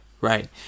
right